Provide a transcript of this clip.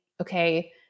okay